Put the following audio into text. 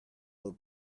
look